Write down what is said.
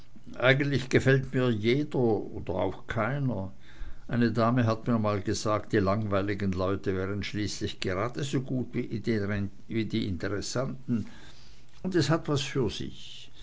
eigentlich gefällt mir jeder oder auch keiner eine dame hat mir mal gesagt die langweiligen leute wären schließlich geradesogut wie die interessanten und es hat was für sich